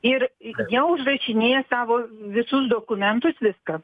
ir ja užrašinėja savo visus dokumentus viską